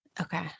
Okay